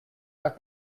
pas